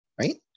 Right